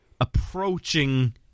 approaching